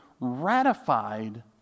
ratified